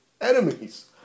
enemies